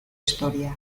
historia